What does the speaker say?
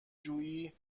جوئی